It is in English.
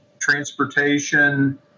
transportation